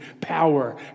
power